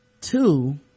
two